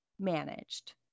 managed